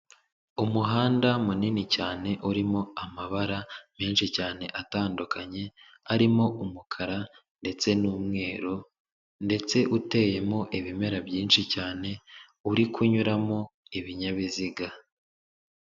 Umuhanda munini cyane urimo amabara menshi cyane atandukanye, arimo umukara ndetse n'umweru, ndetse uteyemo ibimera byinshi cyane, uri kunyuramo ibinyabiziga.